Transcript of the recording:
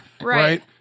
right